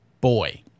boy